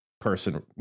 person